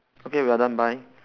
okay we are done bye